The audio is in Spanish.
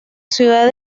ciudad